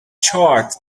charred